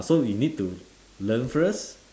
so we need to learn first